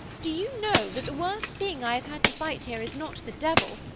do you know that the worst thing i have had to fight here is not the devil,